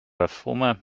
former